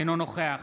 אינו נוכח